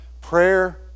prayer